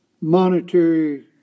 monetary